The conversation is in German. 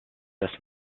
das